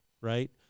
right